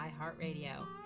iHeartRadio